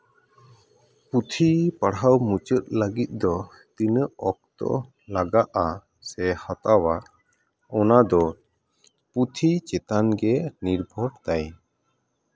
ᱯᱩᱛᱷᱤ ᱯᱟᱲᱦᱟᱣ ᱢᱩᱪᱟᱹᱫ ᱞᱟᱹᱜᱤᱫ ᱫᱚ ᱛᱤᱱᱟᱹᱜ ᱚᱠᱛᱚ ᱞᱟᱜᱟᱜᱼᱟ ᱥᱮ ᱦᱟᱛᱟᱣᱟ ᱚᱱᱟᱫᱚ ᱯᱩᱛᱷᱤ ᱪᱮᱛᱟᱱ ᱜᱮ ᱱᱤᱨᱵᱷᱚᱨ ᱫᱟᱭ